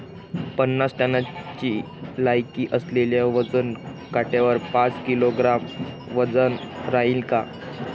पन्नास टनची लायकी असलेल्या वजन काट्यावर पाच किलोग्रॅमचं वजन व्हईन का?